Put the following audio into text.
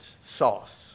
sauce